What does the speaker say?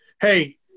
hey